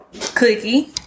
Cookie